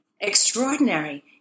extraordinary